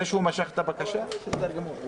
זה שהוא משך את הבקשה זה בסדר גמור.